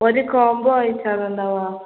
ഒരു കോംമ്പോ ആയിട്ടാണൊ ഉണ്ടാവുക